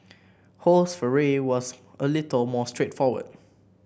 ho's foray was a little more straight forward